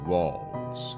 Walls